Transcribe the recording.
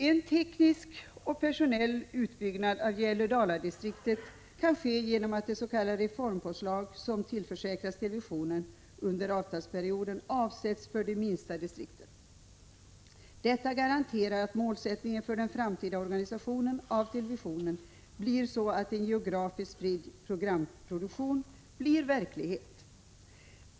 En teknisk och personell utbyggnad av Gävle-Dala-distriktet kan ske genom att det s.k. reformpåslag som tillförsäkras televisionen under avtalsperioden avsätts för de minsta distrikten. Detta garanterar att målsättningen för den framtida organisationen av televisionen blir sådan att en geografiskt spridd programproduktion blir verklighet.